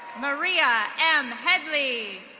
maria m headley.